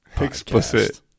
Explicit